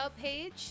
page